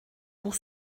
pour